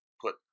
put